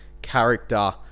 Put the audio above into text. character